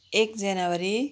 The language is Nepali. एक जनवरी